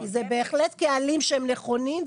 כי אלה בהחלט קהלים נכונים,